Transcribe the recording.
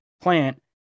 plant